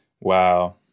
Wow